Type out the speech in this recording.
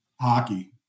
hockey